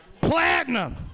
Platinum